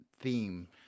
theme